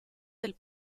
del